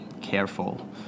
careful